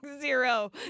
zero